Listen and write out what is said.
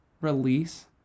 release